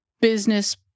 business